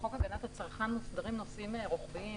בחוק הגנת הצרכן מוסדרים נושאים רוחביים